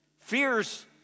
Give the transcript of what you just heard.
Fear's